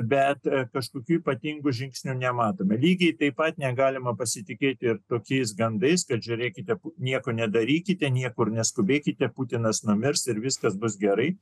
bet kažkokių ypatingų žingsnių nematome lygiai taip pat negalima pasitikėti ir tokiais gandais kad žiūrėkite nieko nedarykite niekur neskubėkite putinas numirs ir viskas bus gerai